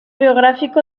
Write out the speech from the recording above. biográfico